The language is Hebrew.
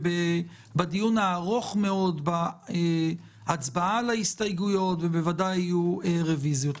לפני הדיון הארוך מאוד בהצבעה על ההסתייגויות ובוודאי יהיו רביזיות.